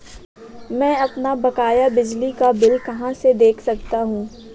मैं अपना बकाया बिजली का बिल कहाँ से देख सकता हूँ?